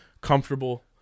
comfortable